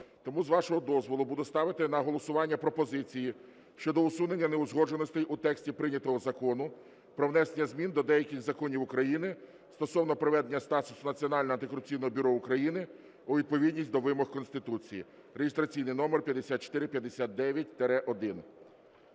тому, з вашого дозволу, буду ставити на голосування пропозиції щодо усунення неузгодженостей в тексі прийнятого Закону про внесення змін до деяких законів України стосовно приведення статусу Національного антикорупційного бюро України у відповідність до вимог Конституції (реєстраційний номер 5459-1).